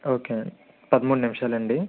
ఓకేనండి పదమూడు నిమిషాలా అండి